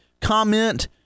comment